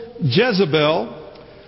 Jezebel